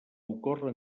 ocórrer